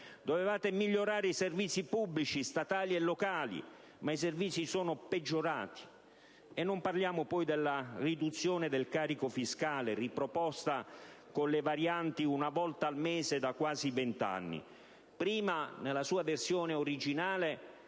Dovevate migliorare i servizi pubblici, statali e locali: ma i servizi sono peggiorati. E non parliamo della riduzione del carico fiscale, riproposta con le varianti una volta al mese da quasi vent'anni: prima, nella sua versione originale,